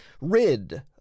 rid